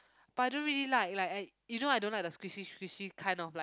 but I don't really like like I you know I don't like the squishy squishy kind of like